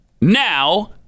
now